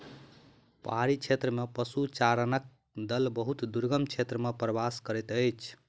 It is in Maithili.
पहाड़ी क्षेत्र में पशुचारणक दल बहुत दुर्गम क्षेत्र में प्रवास करैत अछि